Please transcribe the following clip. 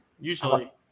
usually